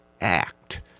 act